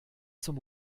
zum